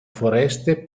foreste